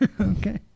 Okay